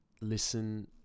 listen